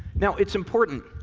now, it's important,